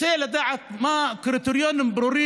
רוצה לדעת מה הקריטריונים הברורים לקבלת,